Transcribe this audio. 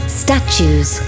statues